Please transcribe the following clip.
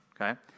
okay